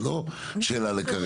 זה לא שאלה לכרגע.